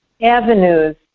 avenues